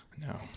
No